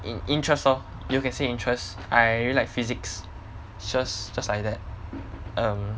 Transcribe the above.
in~ interest lor you can say interest I like physics just just like that um